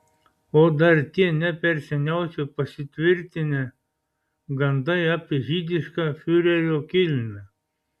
o dar tie ne per seniausiai pasitvirtinę gandai apie žydišką fiurerio kilmę